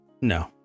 no